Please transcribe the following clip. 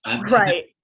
Right